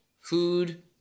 food